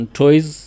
toys